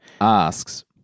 asks